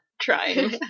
trying